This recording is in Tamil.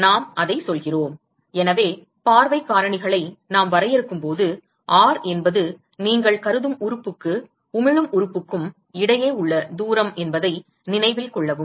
நாம் அதை சொல்கிறோம் எனவே பார்வைக் காரணிகளை நாம் வரையறுக்கும் போது R என்பது நீங்கள் கருதும் உறுப்புக்கும் உமிழும் உறுப்புக்கும் இடையே உள்ள தூரம் என்பதை நினைவில் கொள்ளவும்